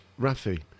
Rafi